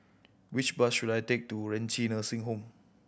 which bus should I take to Renci Nursing Home